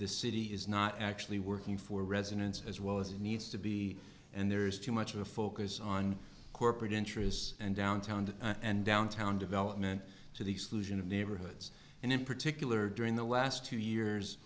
this city is not actually working for residents as well as it needs to be and there is too much of a focus on corporate interests and downtown and downtown development to the exclusion of neighborhoods and in particular during the last two years